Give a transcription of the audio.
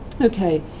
Okay